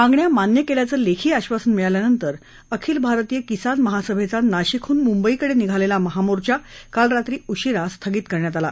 मागण्या मान्य केल्याचं लेखी आश्वासन मिळाल्यानंतर अखिल भारतीय किसान महासभेचा नाशिकहून मुंबईकडे निघालेला महामोर्चा काल रात्री उशिरा स्थगित करण्यात आला